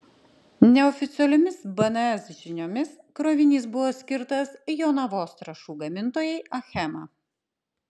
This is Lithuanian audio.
neoficialiomis bns žiniomis krovinys buvo skirtas jonavos trąšų gamintojai achema